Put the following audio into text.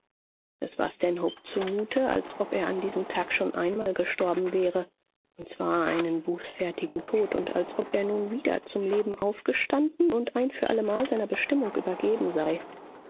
es war stanhope zumute als ob er an diesem tag schon einmal gestorben wäre und zwar einen bußfertigen tod und als ob er nun wieder zum leben aufgestanden und ein für allemal seiner bestimmung übergeben sei